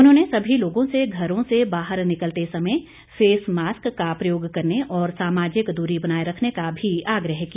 उन्होंने सभी लोगों से घरों से बाहर निकलते समय फेस मास्क का प्रयोग करने और सामाजिक दूरी बनाए रखने का भी आग्रह किया